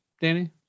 Danny